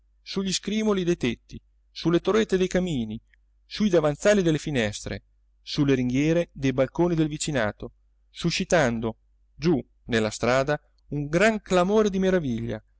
gli scrimoli dei tetti su le torrette dei camini su i davanzali delle finestre su le ringhiere dei balconi del vicinato suscitando giù nella strada un gran clamore di meraviglia